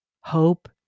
hope